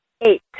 Eight